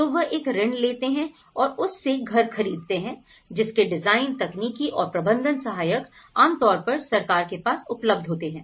तो वे एक ऋण लेते हैं और उससे घर खरीदते हैं जिसके डिजाइन तकनीकी और प्रबंधन सहायक आमतौर पर सरकार के पास उपलब्ध होते हैं